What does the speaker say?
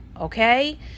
okay